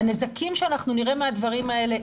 הנזקים שאנחנו נראה מהדברים האלה,